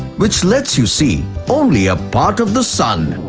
which let's you see only a part of the sun.